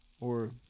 Or-